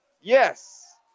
Yes